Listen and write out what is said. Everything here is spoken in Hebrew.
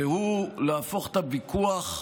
והוא להפוך את הוויכוח